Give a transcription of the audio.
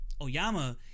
Oyama